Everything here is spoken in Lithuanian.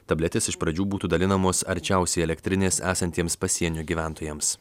tabletės iš pradžių būtų dalinamos arčiausiai elektrinės esantiems pasienio gyventojams